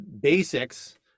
basics